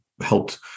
helped